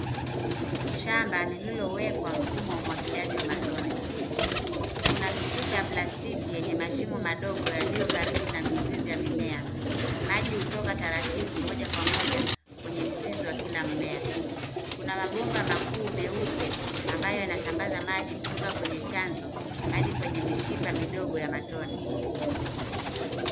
Shamba lililowekwa mfumo wa umwagiliaji wa matone. Kuna mishipa ya plastiki yenye mashimo madogo yaliyo karibu na mzizi ya mimea. Maji hutoka taratibu moja kwa moja kwenye mzizi wa kila mmea. Kuna mabomba makuu meupe amabyo yanayosambaza maji kutoka kwenye chanzo hadi kwenye mishipa midogo ya matone.